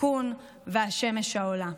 התיקון והשמש העולה.